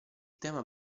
tema